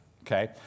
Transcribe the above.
okay